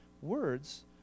words